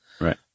Right